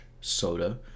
soda